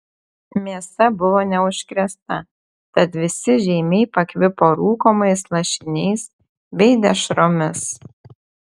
mėsa buvo neužkrėsta tad visi žeimiai pakvipo rūkomais lašiniais bei dešromis